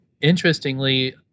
interestingly